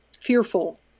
Fearful